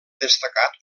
destacat